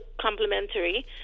complementary